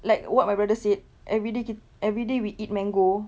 like what my brother said everyday kit~ everyday we eat mango